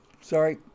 sorry